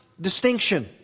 distinction